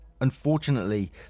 Unfortunately